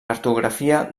cartografia